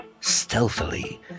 stealthily